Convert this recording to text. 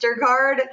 MasterCard